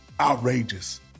outrageous